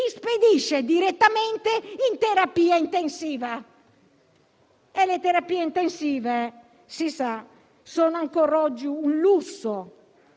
spedisce direttamente in terapia intensiva, e le terapie intensive - si sa - sono ancora oggi un lusso